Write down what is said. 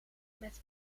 met